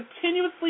continuously